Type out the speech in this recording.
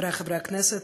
חברי חברי הכנסת,